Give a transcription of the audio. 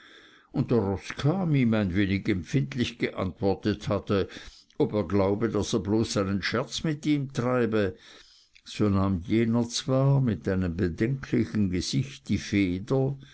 der roßkamm ihm ein wenig empfindlich geantwortet hatte ob er glaube daß er bloß seinen scherz mit ihm treibe so nahm jener zwar mit einem bedenklichen gesicht die feder